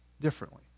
differently